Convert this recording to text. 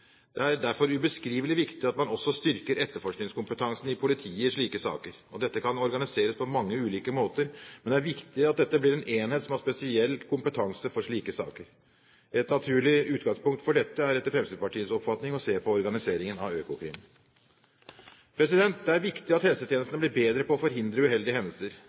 Det er derfor ubeskrivelig viktig at man også styrker etterforskningskompetansen i politiet i slike saker. Dette kan organiseres på mange ulike måter, men det er viktig at dette blir en enhet som har spesiell kompetanse for slike saker. Et naturlig utgangspunkt for dette er etter Fremskrittspartiets oppfatning å se på organiseringen av Økokrim. Det er viktig at helsetjenesten blir bedre på å forhindre uheldige hendelser.